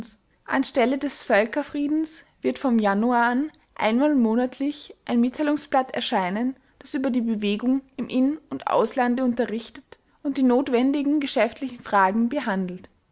vereinsorgans anstelle des völkerfriedens wird vom januar an einmal monatlich ein mitteilungsblatt erscheinen das über die bewegung im in und auslande unterrichtet und die notwendigen geschäftlichen fragen behandelt